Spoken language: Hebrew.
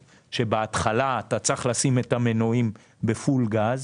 שבהתחלה אתה צריך לשים את המנועים בפול גז,